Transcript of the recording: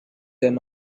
they